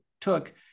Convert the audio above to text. took